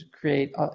create